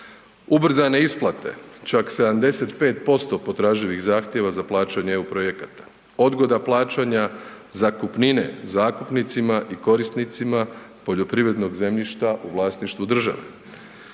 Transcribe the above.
Ubrzane isplate, čak 75% potraživih zahtjeva za plaćanje EU projekata, odgoda plaćanja zakupnine zakupnicima i korisnicima poljoprivrednog zemljišta u vlasništvu države.